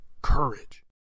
courage